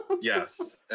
yes